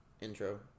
intro